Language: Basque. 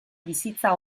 bizitza